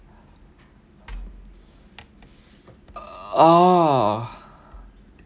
oh